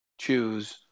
choose